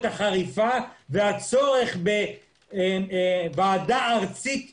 החריפה והצורך בוועדה ארצית שתפקח.